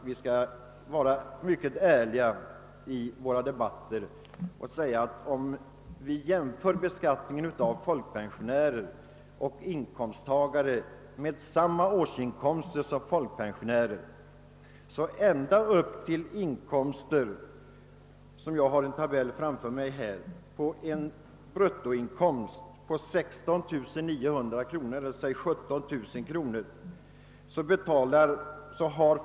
Vi bör vara så ärliga att vi erkänner att en jämförelse mellan folkpensionärer och andra inkomsttagare med samma inkomster visar, att folkpensionärerna ända upp till en bruttoinkomst av 16900 får en förmånligare skatt.